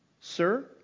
Sir